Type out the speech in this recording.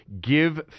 give